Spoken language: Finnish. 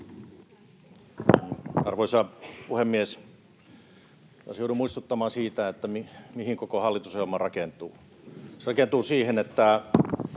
Arvoisa puhemies! Taas joudun muistuttamaan siitä, mihin koko hallitusohjelma rakentuu. Se rakentuu siihen, että